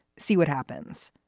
see what happens.